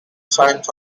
science